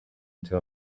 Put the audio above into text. into